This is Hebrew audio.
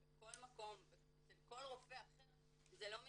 בכל מקום אצל כל רופא אחר זה לא מתקיים.